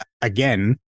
again